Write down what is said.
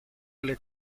alle